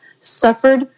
suffered